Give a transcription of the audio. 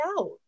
out